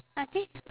I think sh~